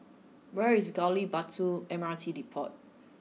where is Gali Batu M R T Depot